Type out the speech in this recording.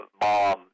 Mom